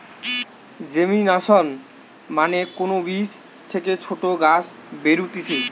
germination মানে কোন বীজ থেকে ছোট গাছ বেরুতিছে